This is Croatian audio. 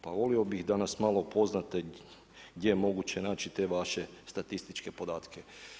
Pa volio bih da nas malo upoznate gdje je moguće naći te vaše statističke podatke.